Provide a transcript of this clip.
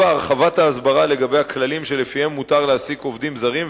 4. הרחבת ההסברה לגבי הכללים שלפיהם מותר להעסיק עובדים זרים,